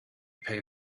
pay